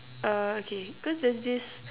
uh okay cause there's this